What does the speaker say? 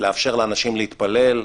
לאפשר לאנשים להתפלל.